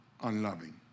unloving